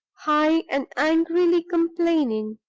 high, and angrily complaining